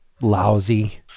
lousy